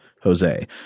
Jose